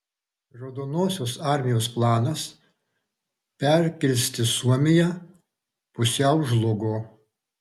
raudonosios armijos planas perkirsti suomiją pusiau žlugo